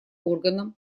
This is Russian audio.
органом